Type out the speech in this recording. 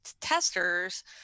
testers